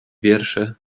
wiersze